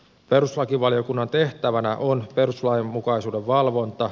perustuslakivaliokunnan tehtävänä on perustuslainmukaisuuden valvonta